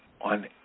on